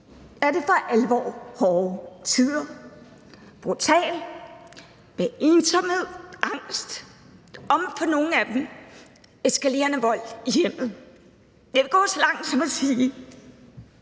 er det for alvor hårde tider – brutalt – med ensomhed, angst og for nogle af dem eskalerende vold i hjemmet. Jeg vil gå så langt som til at sige,